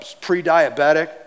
pre-diabetic